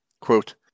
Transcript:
Quote